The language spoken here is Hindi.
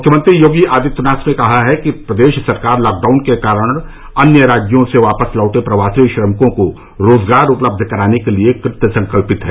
मुख्यमंत्री योगी आदित्यनाथ ने कहा है कि प्रदेश सरकार लॉकडाउन के कारण अन्य राज्यों से वापस लौटे प्रवासी श्रमिकों को रोजगार उपलब्ध कराने के लिए कृतसंकल्पित है